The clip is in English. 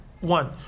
One